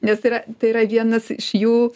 nes tai yra tai yra vienas iš jų